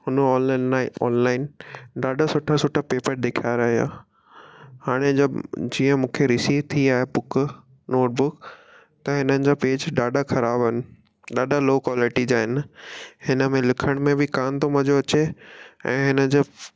हुन ऑनलाइन नए ऑनलाइन ॾाढा सुठा सुठा पेपर ॾेखारायां हाणे जा जीअं मूंखे रिसीव थी आहे बुक नोटबुक त इन्हनि जा पेज ॾाढा ख़राब आहिनि ॾाढा लो क्वालिटी जा आहिनि हिन में लिखण में बि कोन थो मज़ो अचे ऐं हिन जो